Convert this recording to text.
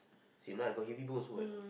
same lah I got heavy bone also what